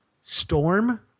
storm